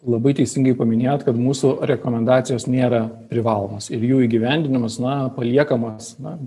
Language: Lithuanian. labai teisingai paminėjot kad mūsų rekomendacijos nėra privalomos ir jų įgyvendinimas na paliekamas na